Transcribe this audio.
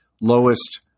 lowest